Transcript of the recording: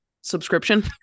subscription